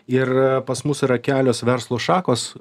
ir pas mus yra kelios verslo šakos